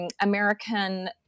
American